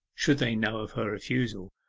should they know of her refusal,